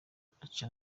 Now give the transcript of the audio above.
aca